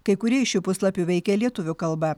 kai kurie iš šių puslapių veikė lietuvių kalba